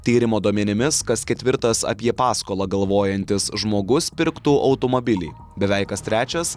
tyrimo duomenimis kas ketvirtas apie paskolą galvojantis žmogus pirktų automobilį beveik kas trečias